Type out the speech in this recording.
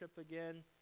again